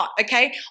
Okay